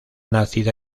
nacida